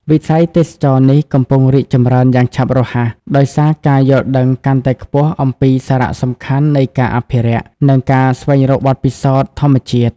វិស័យទេសចរណ៍នេះកំពុងរីកចម្រើនយ៉ាងឆាប់រហ័ស ដោយសារការយល់ដឹងកាន់តែខ្ពស់អំពីសារៈសំខាន់នៃការអភិរក្ស និងការស្វែងរកបទពិសោធន៍ធម្មជាតិ។